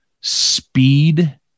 speed